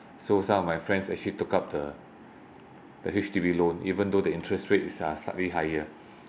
so some of my friends actually took up the the H_D_B loan even though the interest rates are slightly higher